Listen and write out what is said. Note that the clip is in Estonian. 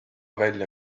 välja